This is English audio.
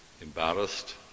embarrassed